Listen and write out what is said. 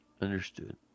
Understood